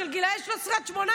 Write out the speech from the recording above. של גילי 13 18,